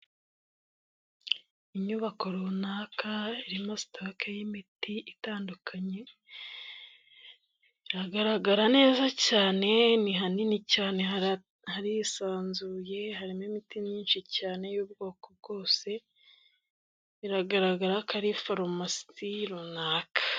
Inyubako runaka irimo sitoke y'imiti itandukanye, iragaragara neza cyane ni hanini cyane harisanzuye, harimo imiti myinshi cyane y'ubwoko bwose biragaragara ko ari farumasi runaka.